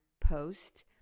post